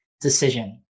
decision